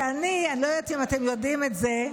שאני, אני לא יודעת אם אתם יודעים את זה,